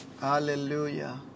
Hallelujah